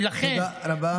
תודה רבה.